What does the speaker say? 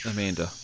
Amanda